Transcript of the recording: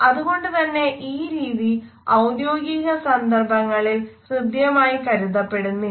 അതുകൊണ്ടു തന്നെ ഈ രീതി ഔദ്യോഗിക സന്ദർഭങ്ങളിൽ ഹൃദ്യമായി കരുതപെടുന്നില്ല